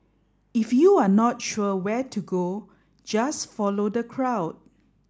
if you're not sure where to go just follow the crowd